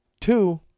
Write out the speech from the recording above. two